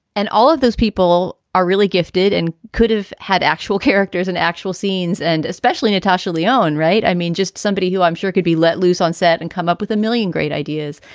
and all of those people are really gifted and could have had actual characters and actual scenes, and especially natasha leone, right. i mean, just somebody who i'm sure could be let loose on set and come up with a million great ideas,